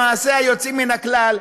למעשה היוצאים מן הכלל,